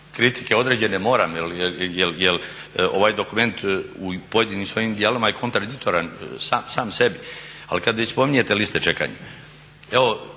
kritike određene moram jer ovaj dokument u pojedinim svojim dijelovima je kontradiktoran sam sebi, ali kad već spominjete liste čekanja.